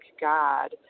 God